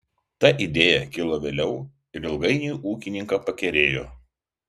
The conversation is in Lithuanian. ta idėja kilo vėliau ir ilgainiui ūkininką pakerėjo